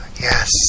Yes